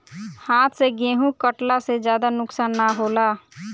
हाथ से गेंहू कटला से ज्यादा नुकसान ना होला